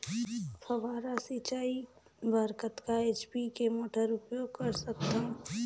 फव्वारा सिंचाई बर कतका एच.पी के मोटर उपयोग कर सकथव?